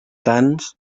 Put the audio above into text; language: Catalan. tants